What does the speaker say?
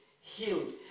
healed